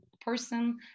person